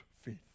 faith